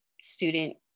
student